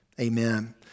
Amen